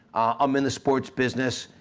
i'm in the sports business,